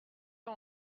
pas